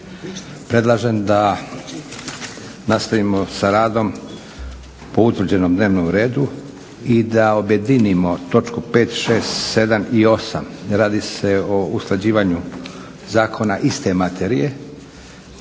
Predlažem da nastavimo sa radom po utvrđenom dnevnom redu i da objedinimo točku 5., 6., 7. i 8., radi se o usklađivanju zakona iste materije.